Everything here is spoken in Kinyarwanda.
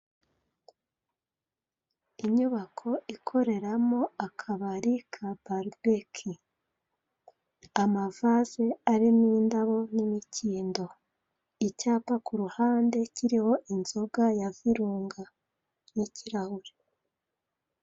Inyubako ikoreramo akabari ka Parupeki. Amavaze ariko indabo n'imikindo. Icyapa ku ruhande kiriho inzoga ya virunga. N'ikirahure.